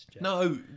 no